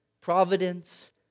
providence